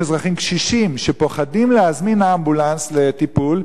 אזרחים קשישים פוחדים להזמין אמבולנס לטיפול